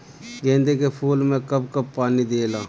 गेंदे के फूल मे कब कब पानी दियाला?